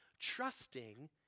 trusting